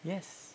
yes